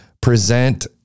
present